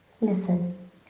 Listen